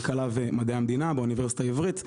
כלכלה ומדעי המדינה באוניברסיטה העברית בירושלים.